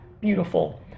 beautiful